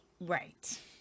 Right